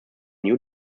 new